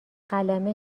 قلمه